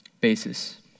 basis